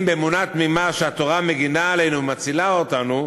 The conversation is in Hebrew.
באמונה תמימה שהתורה מגינה עלינו ומצילה אותנו,